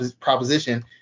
proposition